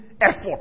effort